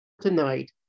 tonight